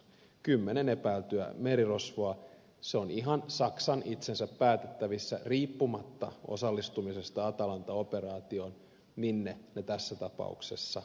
kymmenen epäiltyä merirosvoa se on ihan saksan itsensä päätettävissä riippumatta osallistumisesta atalanta operaatioon minne ne tässä tapauksessa vietiin